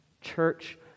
Church